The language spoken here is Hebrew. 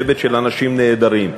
שבט של אנשים נהדרים,